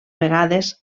vegades